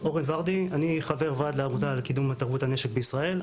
אני חבר ועד באגודה לקידום תרבות הנשק בישראל.